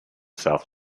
south